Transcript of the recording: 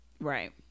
Right